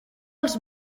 els